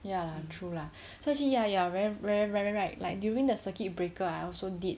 ya true lah so ya ya you are very right so like during the circuit breaker I also did